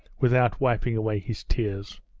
without wiping away his tears.